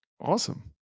Awesome